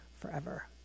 forever